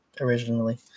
originally